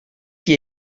qui